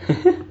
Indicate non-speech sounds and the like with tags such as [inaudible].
[laughs]